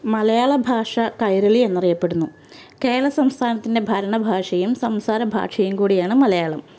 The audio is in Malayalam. മലയാള ഭാഷ കൈരളീ എന്നറിയപ്പെടുന്നു കേരള സംസ്ഥാനത്തിന് ഭരണ ഭാഷയും സംസാരഭാഷയും കൂടിയാണ് മലയാളം